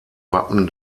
wappen